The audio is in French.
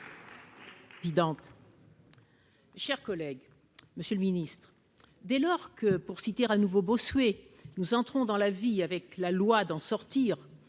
Chers collègues, Monsieur le Ministre, dès lors que pour citer à nouveau boss, oui, nous entrons dans la vie avec la loi d'en sortir,